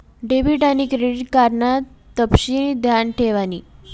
debit आन credit card ना तपशिनी ध्यान ठेवानी